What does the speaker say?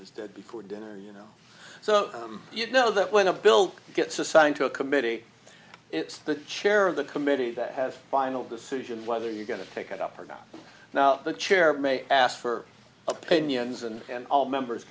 and is dead before dinner you know so you know that when a bill gets assigned to a committee it's the chair of the committee that has final decision whether you're going to pick it up or not now the chair may ask for opinions and all members